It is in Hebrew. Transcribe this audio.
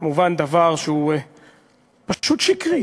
ומובן שזה דבר שהוא פשוט שקרי,